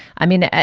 i mean it.